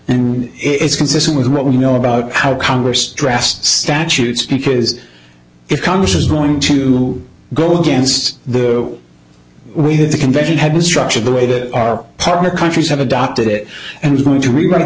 and it's consistent with what we know about how congress draft statutes because if congress is going to go against the way that the convention had been structured the way that our partner countries have adopted it and going to regret